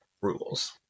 rules